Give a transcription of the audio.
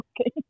Okay